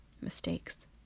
mistakes